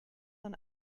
than